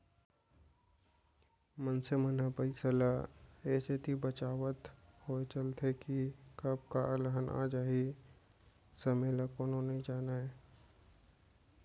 मनसे मन ह पइसा ल ए सेती बचाचत होय चलथे के कब का अलहन आ जाही समे ल कोनो नइ जानयँ